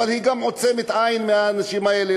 היא גם עוצמת עין ביחס לאנשים האלה.